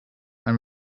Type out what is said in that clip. and